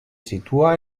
situa